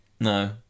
No